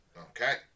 Okay